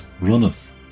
runneth